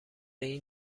این